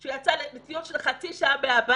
כשהוא יצא לטיול של חצי שעה מהבית.